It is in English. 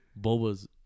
boba's